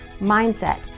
mindset